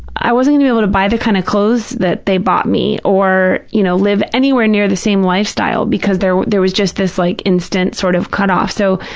i wasn't even able to buy the kind of clothes that they bought me or, you know, live anywhere near the same lifestyle because there there was just this like instant sort of cut-off. so,